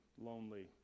lonely